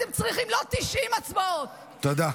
אתם צריכים לא 90 אצבעות, תודה.